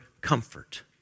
comfort